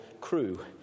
crew